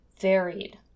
varied